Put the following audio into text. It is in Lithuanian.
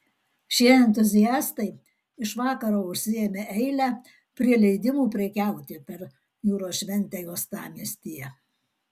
šie entuziastai iš vakaro užsiėmė eilę prie leidimų prekiauti per jūros šventę uostamiestyje